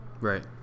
right